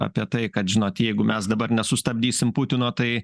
apie tai kad žinot jeigu mes dabar nesustabdysim putino tai